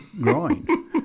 growing